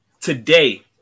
today